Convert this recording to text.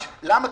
למה?